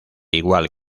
igual